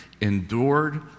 endured